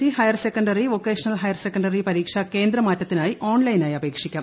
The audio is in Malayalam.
C higher secondary vocational higher secondary പരീക്ഷാ കേന്ദ്രമാറ്റത്തിനായി ഓൺലൈനായി അപേക്ഷിക്കാം